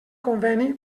conveni